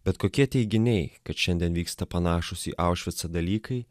bet kokie teiginiai kad šiandien vyksta panašūs į aušvicą dalykai